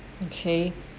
okay